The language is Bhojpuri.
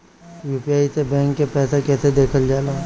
यू.पी.आई से बैंक के पैसा कैसे देखल जाला?